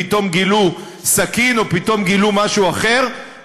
פתאום גילו סכין או פתאום גילו משהו אחר,